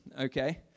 okay